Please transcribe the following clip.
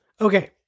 Okay